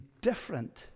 different